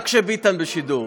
רק כשביטן בשידור.